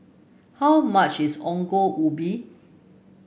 how much is Ongol Ubi